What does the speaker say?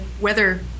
weather